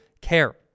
care